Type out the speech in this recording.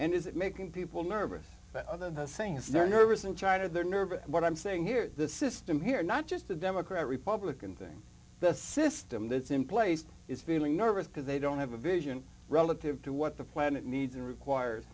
and is it making people nervous the saying is they're nervous and charter they're nervous what i'm saying here the system here not just a democrat republican thing the system that's in place is feeling nervous because they don't have a vision relative to what the planet needs and require